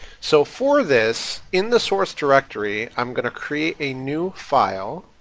so for this, in the source directory, i'm going to create a new file,